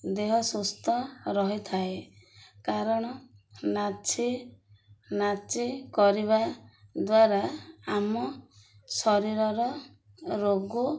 ଦେହ ସୁସ୍ଥ ରହିଥାଏ କାରଣ ନାଚି ନାଚି କରିବା ଦ୍ୱାରା ଆମ ଶରୀରର ରୋଗ